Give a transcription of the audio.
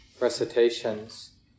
recitations